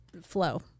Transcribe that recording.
flow